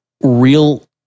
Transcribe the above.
real